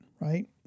Right